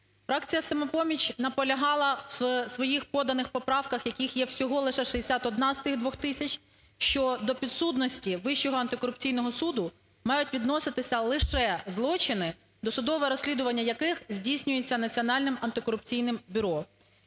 Фракція "Самопоміч" наполягала у своїх поданих поправках, яких є всього лише 61 з тих 2 тисяч, що до підсудності Вищого антикорупційного суду мають відноситися лише злочини, досудове розслідування яких здійснюється Національним антикорупційним бюро.